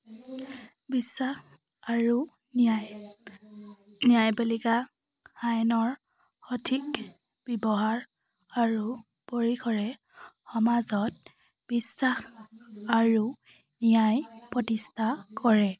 বিশ্বাস আৰু ন্যায় ন্যায়পালিকা আইনৰ সঠিক ব্যৱহাৰ আৰু পৰিসৰে সমাজত বিশ্বাস আৰু ন্যায় প্ৰতিষ্ঠা কৰে